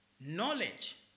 Knowledge